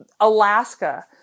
Alaska